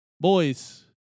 Boys